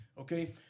okay